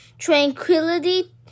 Tranquility